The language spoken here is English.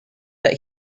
that